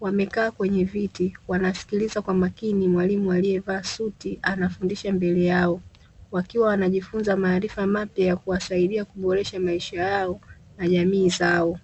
Wamekaa kwenye viti wanasikiliza kwa makini mwalimu aliyevaa suti anafundisha mbele yao. Wakiwa wanajifunza maarifa mapya ya kuwasaidia kuboresha maisha yao na jamii zao.